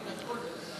למה לא לאגם הכול ולחלק?